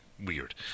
weird